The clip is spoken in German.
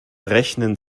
rechnen